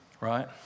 Right